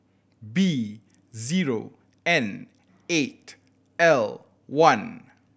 B zero N eight L one